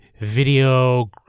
video